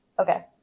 Okay